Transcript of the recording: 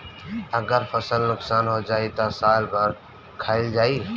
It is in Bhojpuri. अगर फसल नुकसान हो जाई त साल भर का खाईल जाई